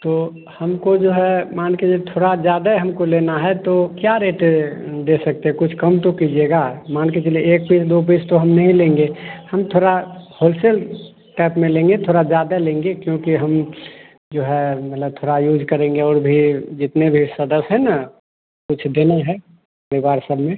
तो हमको जो है मान कर ये थोड़ा ज्यादै हमको लेना है तो क्या रेट दे सकते कुछ कम तो कीजिएगा मान के चलिए एक पीस दो पीस तो हम नहीं लेंगे हम थोड़ा होलसेल टैप में लेंगे थोड़ा ज़्यादा लेंगे क्योंकि हम जो है मतलब थोड़ा यूज करेंगे और भी जितने भी सदस्य हैं न कुछ देने है परिवार सब में